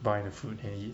buy the food and eat